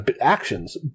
actions